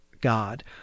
God